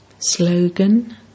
Slogan